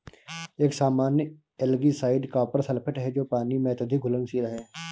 एक सामान्य algicide copper sulphate है जो पानी में अत्यधिक घुलनशील है